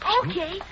Okay